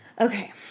Okay